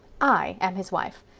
i am his wife.